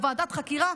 או ועדת חקירה,